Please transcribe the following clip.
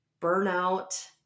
burnout